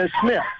Smith